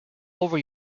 over